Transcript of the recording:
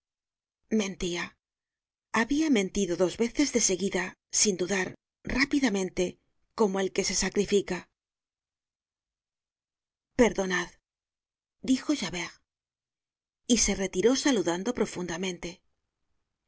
mentía habia mentido dos veces de seguida sin dudar rápidamente como el que se sacrifica perdonad dijo javert y se retiró saludando profundamente